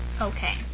okay